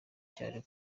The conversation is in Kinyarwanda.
cyane